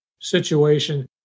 situation